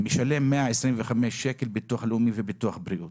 משלם 125 שקל ביטוח לאומי וביטוח בריאות.